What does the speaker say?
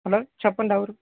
hello చెప్పండి ఎవరు